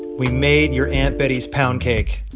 we made your aunt betty's pound cake.